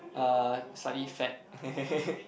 uh slightly fat